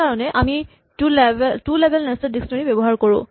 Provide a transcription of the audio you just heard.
সেইকাৰণে আমি two level nested dictionary ব্যৱহাৰ কৰো